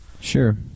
Sure